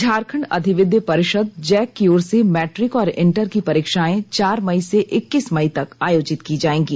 झारखंड अधिविद्य परिषद जैक की ओर से मैट्रिक और इंटर की परीक्षाएं चार मई से इक्कीस मई तक आयोजित की जाएंगी